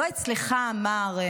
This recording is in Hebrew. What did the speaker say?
לא אצלך, מר"